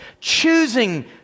choosing